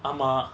ஆமா:aama